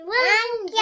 one